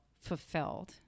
fulfilled